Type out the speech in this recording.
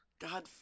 God